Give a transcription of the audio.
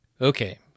Okay